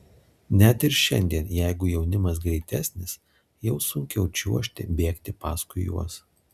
net ir šiandien jeigu jaunimas greitesnis jau sunkiau čiuožti bėgti paskui juos